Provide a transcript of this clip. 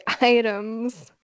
items